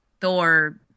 Thor